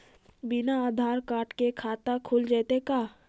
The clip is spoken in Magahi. बिना आधार कार्ड के खाता खुल जइतै का?